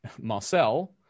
Marcel